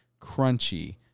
crunchy